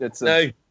no